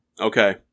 Okay